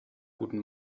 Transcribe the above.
guten